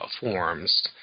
forms